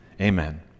Amen